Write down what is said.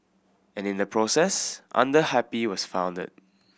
and in the process Under Happy was founded